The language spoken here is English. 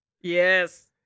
Yes